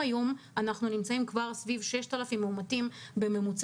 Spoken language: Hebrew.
אם אנחנו נמצאים היום כבר סביב 6,000 מאומתים בממוצע,